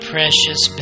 Precious